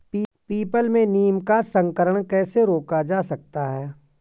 People में नीम का संकरण कैसे रोका जा सकता है?